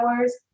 hours